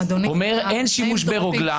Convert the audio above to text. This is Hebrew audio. אומר: אין שימוש ברוגלה -- אדוני,